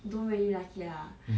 don't really like it lah